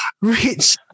rich